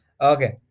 okay